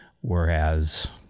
whereas